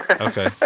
Okay